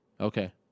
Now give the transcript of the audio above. Okay